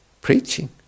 preaching